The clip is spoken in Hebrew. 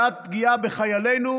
בעד פגיעה בחיילינו,